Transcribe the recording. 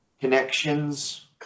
connections